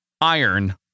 Iron